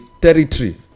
territory